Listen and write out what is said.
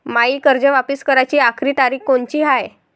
मायी कर्ज वापिस कराची आखरी तारीख कोनची हाय?